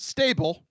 Stable